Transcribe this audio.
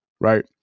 right